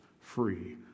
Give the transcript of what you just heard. free